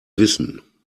wissen